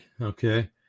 Okay